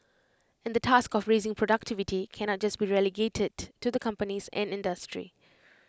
and the task of raising productivity cannot just be relegated to the companies and industry